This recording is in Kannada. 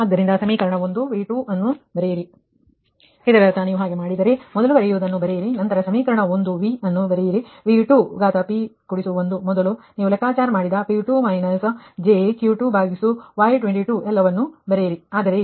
ಆದ್ದರಿಂದ ಸಮೀಕರಣ 1 V 2 ಅನ್ನು ಬರೆಯಿರಿ ಆದ್ದರಿಂದ ಇದರರ್ಥ ನೀವು ಹಾಗೆ ಮಾಡಿದರೆ ಮೊದಲು ಕರೆಯುವದನ್ನು ಬರೆಯಿರಿ ನಂತರ ಸಮೀಕರಣ 1 V ಅನ್ನು ಬರೆಯಿರಿ V2p1ಮೊದಲು ನೀವು ಲೆಕ್ಕಾಚಾರ ಮಾಡಿದ P2 jQ2Y22ಎಲ್ಲವನ್ನೂ ಬರೆಯಿರಿ